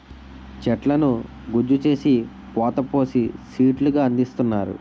చెట్లను గుజ్జు చేసి పోత పోసి సీట్లు గా అందిస్తున్నారు